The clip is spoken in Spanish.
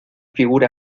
figura